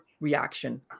reaction